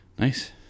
Nice